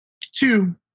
Two